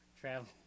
travel